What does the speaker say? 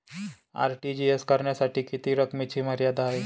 RTGS करण्यासाठी किती रकमेची मर्यादा आहे?